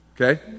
okay